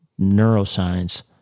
neuroscience